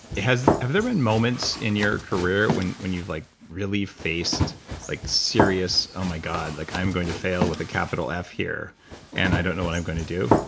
have there been moments in your career when when you've like really faced like serious, oh my god, like i'm going to fail with a capital f here and i don't know what i'm going to do?